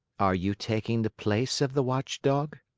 are you taking the place of the watchdog?